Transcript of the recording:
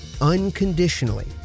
unconditionally